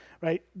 right